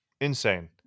Insane